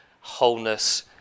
wholeness